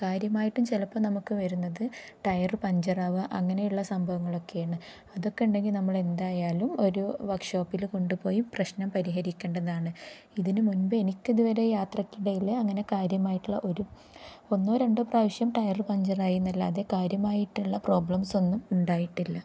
കാര്യമായിട്ടും ചിലപ്പോൾ നമുക്ക് വരുന്നത് ടയറ് പഞ്ചറാവുക അങ്ങനെയുള്ള സംഭവങ്ങളൊക്കെയാണ് അതൊക്കെയുണ്ടെങ്കിൽ നമ്മൾ എന്തായാലും ഒരു വർക്ക്ഷോപ്പിൽ കൊണ്ട് പോയി പ്രശ്നം പരിഹരിക്കേണ്ടതാണ് ഇതിന് മുൻപ് എനിക്കിതുവരെ യാത്രയ്ക്കിടയിൽ അങ്ങനെ കാര്യമായിട്ടുള്ള ഒരു ഒന്നോ രണ്ടോ പ്രാവശ്യം ടയറ് പഞ്ചറായി എന്നല്ലാതെ കാര്യമായിട്ടുള്ള പ്രോബ്ലംസ് ഒന്നും ഉണ്ടായിട്ടില്ല